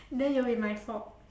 then it will be my fault